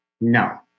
No